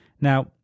Now